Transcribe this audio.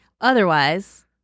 Otherwise